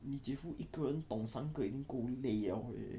你姐夫一个人 dong 三个已经够累 liao leh